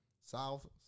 South